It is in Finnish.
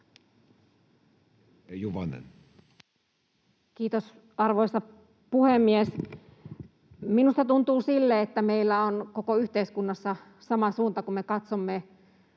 Content: Kiitos, arvoisa puhemies! Minusta tuntuu siltä, että meillä on koko yhteiskunnassa sama suunta, kun me katsomme